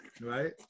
right